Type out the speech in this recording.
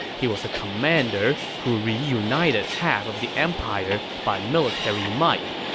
he was a commander who reunited half of the empire by military might,